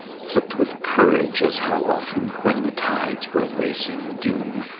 flicked with courage, as how often, when the tides were racing doom,